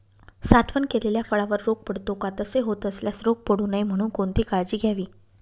साठवण केलेल्या फळावर रोग पडतो का? तसे होत असल्यास रोग पडू नये म्हणून कोणती काळजी घ्यावी?